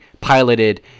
piloted